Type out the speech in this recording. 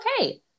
okay